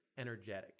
energetic